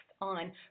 on